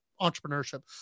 entrepreneurship